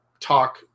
talk